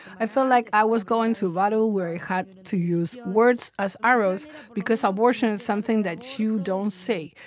i felt like i was going to a ah battle where i had to use words as arrows because abortion is something that you don't say,